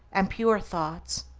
and pure thoughts.